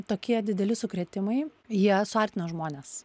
tokie dideli sukrėtimai jie suartina žmones